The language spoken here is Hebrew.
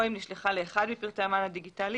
או אם נשלחה לאחד מפרטי המען הדיגיטלי